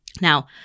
Now